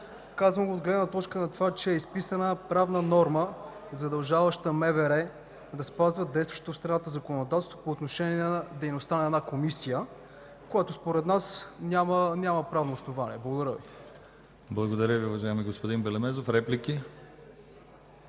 Казвам го от гледна точка на това, че е изписана правна норма, задължаваща МВР да спазва действащото в страната законодателство по отношение на дейността на една комисия, което, според нас, няма правно основание. Благодаря. ПРЕДСЕДАТЕЛ ДИМИТЪР ГЛАВЧЕВ: Благодаря Ви, уважаеми господин Белемезов. Реплики?